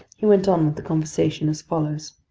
he went on with the conversation as follows